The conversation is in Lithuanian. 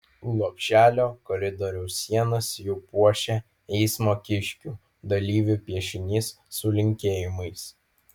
lopšelio koridoriaus sienas jau puošia eismo kiškių dalyvių piešinys su linkėjimais